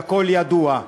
שהכול יהיה ידוע.